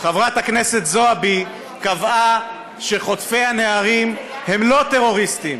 חברת הכנסת זועבי קבעה שחוטפי הנערים הם לא טרוריסטים,